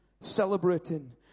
celebrating